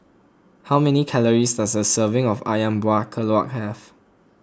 how many calories does a serving of Ayam Buah Keluak have